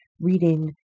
reading